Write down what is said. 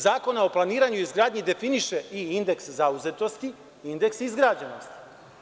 Zakona o planiranju i izgradnji definiše i indeks zauzetosti i indeks izgrađenosti.